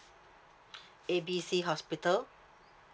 A B C hospital